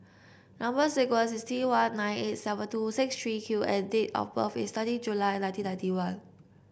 number sequence is T one nine eight seven two six thee Q and date of birth is thirty July nineteen ninety one